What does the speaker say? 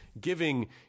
giving